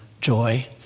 joy